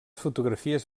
fotografies